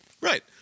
right